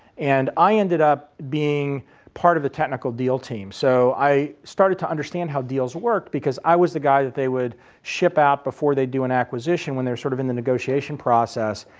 and i ended up being part of the technical deal team. so i started to understand how deals work because i was the guy that they would ship out before they do an acquisition when they're sort of in the negotiation process.